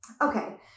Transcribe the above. Okay